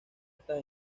estas